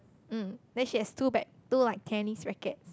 mm then she has two bag two like tennis racket